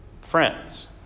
friends